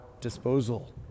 disposal